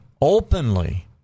openly